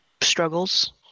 struggles